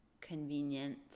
convenient